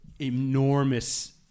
enormous